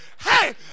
Hey